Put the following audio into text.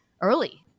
Early